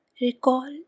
recall